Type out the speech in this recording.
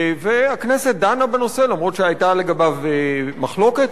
הכנסת דנה בנושא אף שהיתה לגביו מחלוקת,